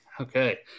Okay